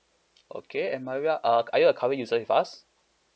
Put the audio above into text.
okay and maria uh are you a current user with us